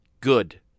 good